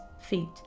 feet